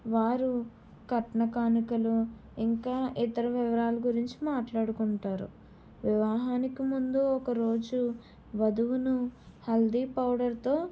వారు కట్నకానుకలు ఇంకా ఇతర వివరాలు గురించి మాట్లాడుకుంటారు వివాహానికి ముందు ఒకరోజు వధువును హల్దీ పౌడర్తో